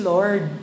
Lord